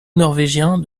norvégien